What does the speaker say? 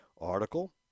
article